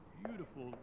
beautiful